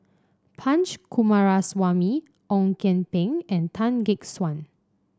Punch Coomaraswamy Ong Kian Peng and Tan Gek Suan